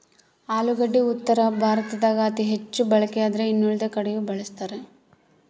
ಆಲೂಗಡ್ಡಿ ಉತ್ತರ ಭಾರತದಾಗ ಅತಿ ಹೆಚ್ಚು ಬಳಕೆಯಾದ್ರೆ ಇನ್ನುಳಿದ ಕಡೆಯೂ ಬಳಸ್ತಾರ